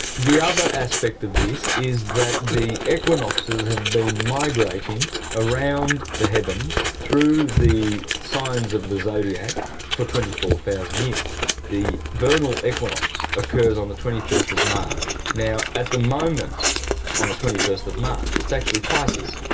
the other aspect of this is that the equinoxes have been migrating around the heavens through the signs of the zodiac for twenty four thousand years. the vernal equinox occurs on the twenty first of march. now, at the moment on the twenty first of march is actually pisces,